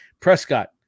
Prescott